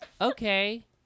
okay